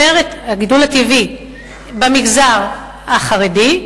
הגידול הטבעי במגזר החרדי,